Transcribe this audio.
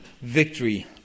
victory